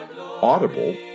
Audible